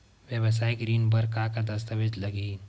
वेवसायिक ऋण बर का का दस्तावेज लगही?